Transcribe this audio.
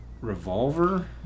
Revolver